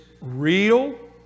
real